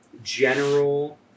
general